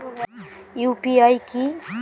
UPI কি?